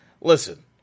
Listen